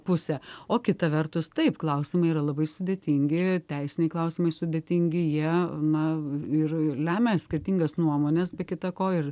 pusę o kita vertus taip klausimai yra labai sudėtingi teisiniai klausimai sudėtingi jie na ir lemia skirtingas nuomones be kita ko ir